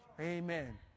Amen